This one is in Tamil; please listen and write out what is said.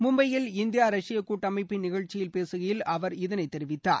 மும்பையில் இந்தியா ரஷ்ய கூட்டமைப்பின் நிகழ்ச்சியில் பேசுகையில் இவர் இதளை தெரிவித்தார்